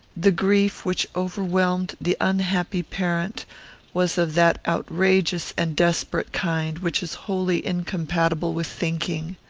the grief which overwhelmed the unhappy parent was of that outrageous and desperate kind which is wholly incompatible with thinking.